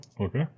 okay